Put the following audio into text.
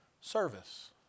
service